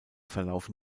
verlaufen